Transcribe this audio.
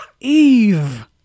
Eve